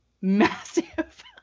massive